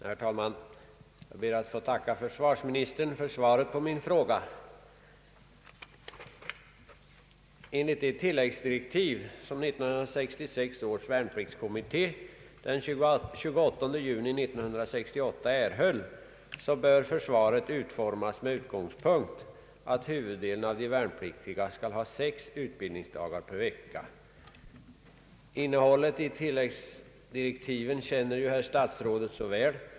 Herr talman! Jag ber att få tacka försvarsministern för svaret på min fråga. Enligt de tilläggsdirektiv som 1966 års värnpliktskommitté erhöll den 28 juni 1968 bör försvaret utformas med utgångspunkt från att huvuddelen av de värnpliktiga skall ha sex utbildningsdagar per vecka. Innehållet i tilläggsdirektiven känner ju herr statsrådet så väl.